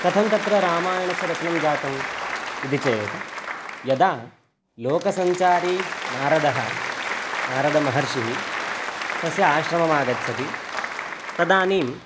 कथं तत्र रामायणस्य रचनं जातम् इति चेत् यदा लोकसञ्चारी नारदः नारदमहर्षिः तस्य आश्रममागच्छति तदानीं